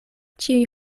ĉiuj